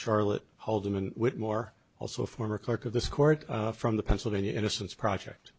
charlotte halderman whitmore also a former clerk of this court from the pennsylvania innocence project